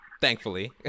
thankfully